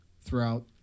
throughout